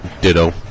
Ditto